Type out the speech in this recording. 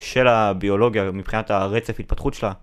של הביולוגיה מבחינת הרצף וההתפתחות שלה